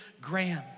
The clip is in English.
Graham